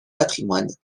patrimoine